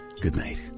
goodnight